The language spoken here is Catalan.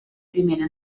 primera